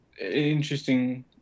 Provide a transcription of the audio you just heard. interesting